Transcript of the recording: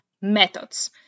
methods